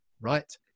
right